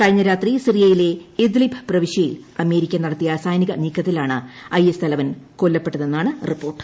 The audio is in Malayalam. കഴിഞ്ഞ രാത്രി സിറിയയിലെ ഇദ്ലിബ് പ്രവിശൃയിൽ അമേരിക്ക നടത്തിയ സൈനിക നീക്കത്തിലാണ് ഐ എസ് തലവൻ കൊല്ലപ്പെട്ടതെന്നാണ് റിപ്പോർട്ട്